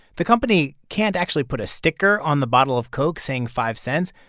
the company can't actually put a sticker on the bottle of coke saying five cents,